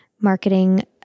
marketing